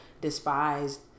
despised